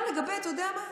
אתה יודע מה,